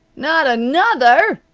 not another!